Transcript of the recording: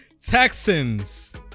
Texans